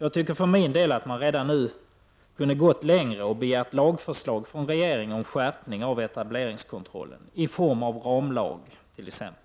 Jag tycker för min del att man redan nu kunde ha gått längre och begärt lagförslag från regeringen om en skärpning av etableringskontrollen i form av t.ex. en ramlag